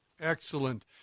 excellent